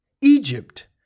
Egypt